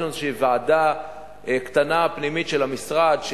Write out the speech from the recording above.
יש לנו איזו ועדה קטנה פנימית של המשרד,